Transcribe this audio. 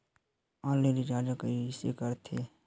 Online recharge कइसे करथे?